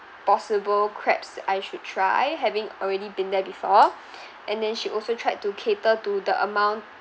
possible crabs that I should try having already been there before and then she also tried to cater to the amount